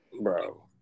bro